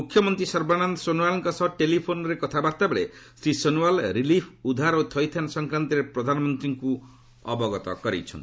ମୁଖ୍ୟମନ୍ତ୍ରୀ ସର୍ବାନନ୍ଦ ସୋନୱାଲଙ୍କ ସହ ଟେଲିଫୋନ୍ରେ କଥାବାର୍ତ୍ତା ବେଳେ ଶ୍ରୀ ସୋନୱାଲ୍ ରିଲିଫ୍ ଉଦ୍ଧାର ଓ ଥଇଥାନ୍ ସଂକ୍ରାନ୍ତରେ ପ୍ରଧାନମନ୍ତ୍ରୀଙ୍କୁ ଅବଗତ କରାଇଛନ୍ତି